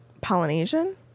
Polynesian